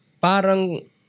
parang